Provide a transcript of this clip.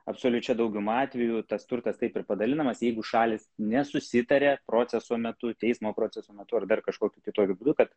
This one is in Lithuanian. absoliučia dauguma atvejų tas turtas taip ir padalinamas jeigu šalys nesusitaria proceso metu teismo proceso metu ar dar kažkokiu kitokiu būdu kad